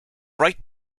right